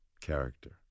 character